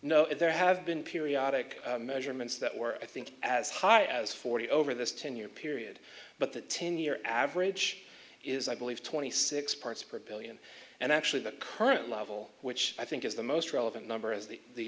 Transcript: know there have been periodic measurements that were i think as high as forty over this ten year period but the ten year average is i believe twenty six parts per billion and actually the current level which i think is the most relevant number as the